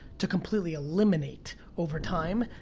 to completely eliminate, over time,